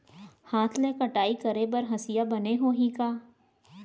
हाथ ले कटाई करे बर हसिया बने होही का?